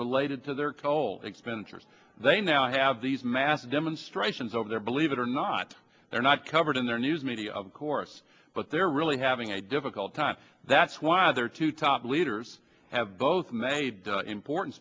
related to their coal expenditures they now have these massive demonstrations over there believe it or not they're not covered in their news media of course but they're really having a difficult time that's why there are two top leaders have both made important